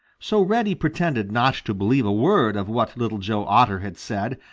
so reddy pretended not to believe a word of what little joe otter had said,